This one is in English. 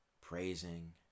praising